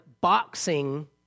boxing